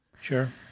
Sure